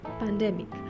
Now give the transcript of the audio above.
pandemic